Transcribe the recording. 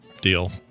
deal